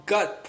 Gut